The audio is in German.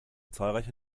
zahlreiche